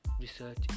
research